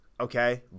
Okay